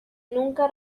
nunca